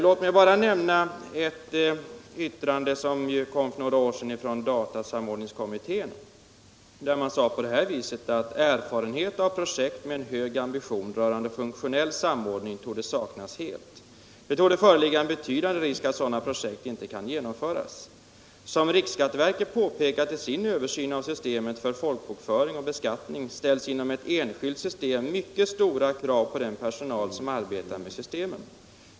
Låt mig också citera ur ett yttrande som kom för några år sedan från centralnämnden för fastighetsdata: ”Erfarenhet av projekt med en hög ambition rörande funktionell samordning torde saknas helt. Det torde föreligga en betydande risk att sådana projekt inte kan genomföras. —-—- Som RSV påpekat i sin översyn av systemet för folkbokföring och beskattning ställs inom ett enskilt system mycket stora krav på den personal som arbetar med systemen.